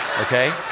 okay